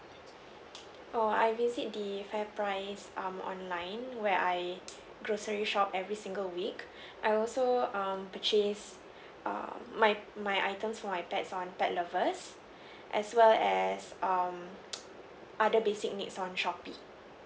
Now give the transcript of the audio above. oo I visit the fairprice um online where I grocery shop every single week I also um purchase err my my items for my pets on pet lovers as well as um other basic needs on Shopee